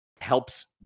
helps